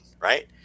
right